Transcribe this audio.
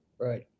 Right